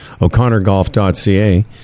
O'ConnorGolf.ca